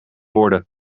worden